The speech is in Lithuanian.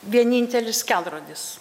vienintelis kelrodis